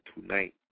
tonight